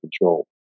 control